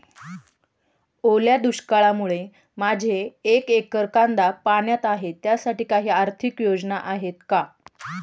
ओल्या दुष्काळामुळे माझे एक एकर कांदा पाण्यात आहे त्यासाठी काही आर्थिक योजना आहेत का?